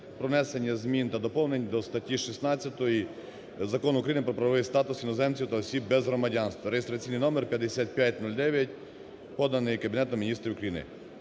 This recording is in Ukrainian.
про внесення змін до статті 16 Закону України "Про правовий статус іноземців та осіб без громадянства" (реєстраційний номер 5509), поданий Кабінетом Міністрів України.